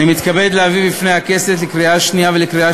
אני מתכבד להביא בפני הכנסת לקריאה שנייה ולקריאה